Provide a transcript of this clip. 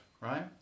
right